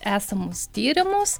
esamus tyrimus